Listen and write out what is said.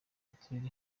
uturere